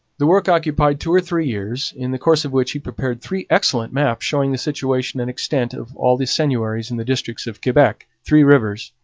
the work occupied two or three years, in the course of which he prepared three excellent maps showing the situation and extent of all the seigneuries in the districts of quebec, three rivers,